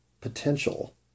potential